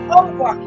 over